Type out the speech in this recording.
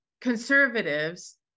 conservatives